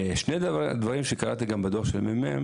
שני דברים שקראתי גם בדו"ח של מרכז המחקר והמידע,